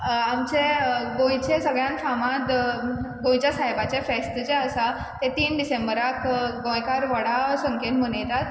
आमचे गोंयचे सगळ्यान फामाद गोंयच्या सायबाचें फेस्त जें आसा तें तीन डिसेंबराक गोंयकार व्हडा संख्येन मनयतात